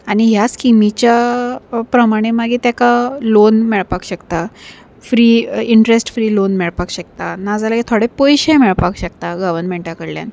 आनी ह्या स्किमीच्या प्रमाणें मागीर तेका लोन मेळपाक शकता फ्री इंट्रस्ट फ्री लोन मेळपाक शकता नाजाल्यार थोडे पयशे मेळपाक शकता गवर्मेंटा कडल्यान